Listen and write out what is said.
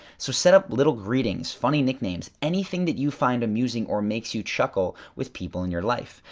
so set up little greetings, funny nicknames, anything that you find amusing or makes you chuckle with people in your life.